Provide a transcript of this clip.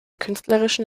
künstlerischen